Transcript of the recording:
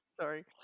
sorry